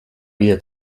vida